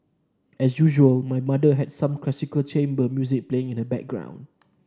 as usual my mother had some classical chamber music playing in the background